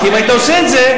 כי אם היית עושה את זה,